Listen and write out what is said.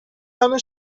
همه